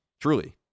truly